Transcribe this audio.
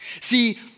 see